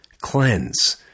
Cleanse